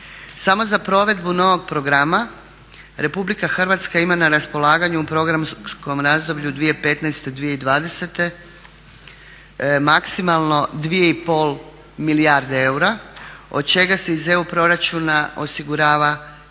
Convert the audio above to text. Samo za provedbu novog programa Republika Hrvatska ima na raspolaganju u programskom razdoblju 2015.-2020. maksimalno dvije i pol milijarde eura od čega se iz EU proračuna osigurava